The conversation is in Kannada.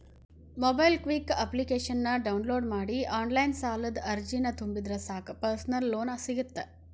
ಮೊಬೈಕ್ವಿಕ್ ಅಪ್ಲಿಕೇಶನ ಡೌನ್ಲೋಡ್ ಮಾಡಿ ಆನ್ಲೈನ್ ಸಾಲದ ಅರ್ಜಿನ ತುಂಬಿದ್ರ ಸಾಕ್ ಪರ್ಸನಲ್ ಲೋನ್ ಸಿಗತ್ತ